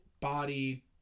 body